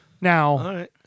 Now